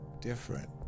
different